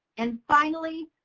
and finally,